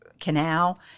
canal